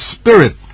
Spirit